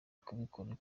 kubikoraho